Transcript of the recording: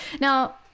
Now